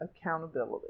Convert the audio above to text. accountability